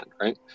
right